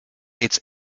its